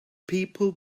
people